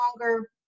longer